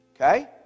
Okay